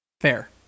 Fair